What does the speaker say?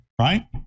Right